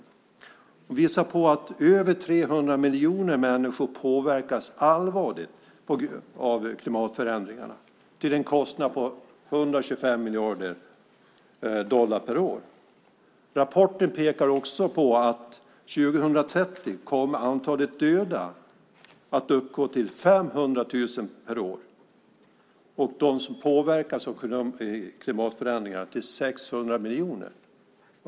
Den visar på att över 300 miljoner människor påverkas allvarligt av klimatförändringarna till en kostnad av 125 miljarder dollar per år. Rapporten pekar också på att 2030 kommer antalet döda att uppgå till 500 000 per år. De som påverkas av klimatförändringarna uppgår då till 600 miljoner.